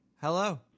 Hello